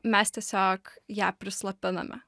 mes tiesiog ją prislopiname